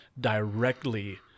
directly